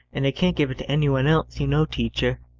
and i can't give it to any one else. you know, teacher.